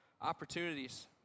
opportunities